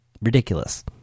ridiculous